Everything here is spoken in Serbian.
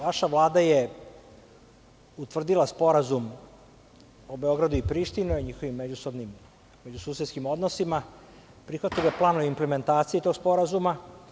Vaša Vlada je utvrdila Sporazum o Beogradu i Prištini, o njihovim međusobnim i susetskim odnosima, prihvatila je plan o implementaciji tog sporazuma.